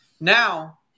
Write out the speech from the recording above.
Now